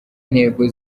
ntego